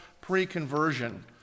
pre-conversion